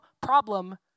problem